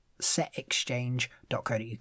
set-exchange.co.uk